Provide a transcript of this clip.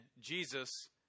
Jesus